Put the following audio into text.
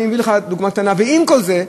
אני אביא לך דוגמה קטנה, ועם כל זה,